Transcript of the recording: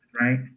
right